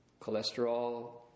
cholesterol